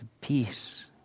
Peace